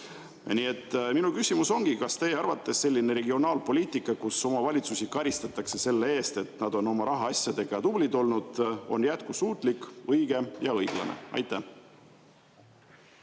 et minu küsimus on selline: kas teie arvates selline regionaalpoliitika, kus omavalitsusi karistatakse selle eest, et nad on oma rahaasjadega tublid olnud, on jätkusuutlik, õige ja õiglane? Aitäh!